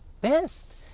best